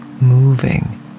moving